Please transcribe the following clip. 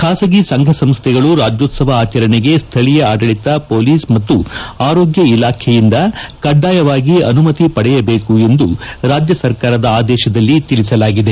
ಖಾಸಗಿ ಸಂಘ ಸಂಸ್ಥೆಗಳು ರಾಜ್ಯೋತ್ಸವ ಆಚರಣೆಗೆ ಸ್ವಳೀಯ ಆಡಳಿತ ಪೊಲೀಸ್ ಮತ್ತು ಆರೋಗ್ಯ ಇಲಾಖೆಯಿಂದ ಕಡ್ಡಾಯವಾಗಿ ಅನುಮತಿ ಪಡೆಯಬೇಕು ಎಂದು ರಾಜ್ಯ ಸರ್ಕಾರದ ಆದೇಶದಲ್ಲಿ ತಿಳಿಸಲಾಗಿದೆ